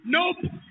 Nope